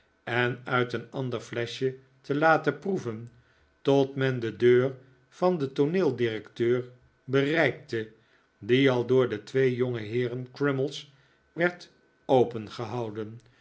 en uit een ander fleschje te laten proeven tot men de deur van den tooneeldirecteur bereikte die al door de twee jongeheeren crummies werd opengehouden